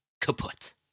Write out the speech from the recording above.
Kaput